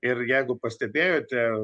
ir jeigu pastebėjote